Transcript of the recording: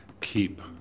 keep